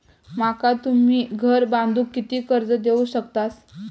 माका तुम्ही घर बांधूक किती कर्ज देवू शकतास?